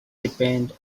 depend